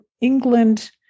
England